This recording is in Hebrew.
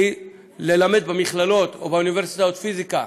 כי ללמד במכללות או באוניברסיטאות פיזיקה,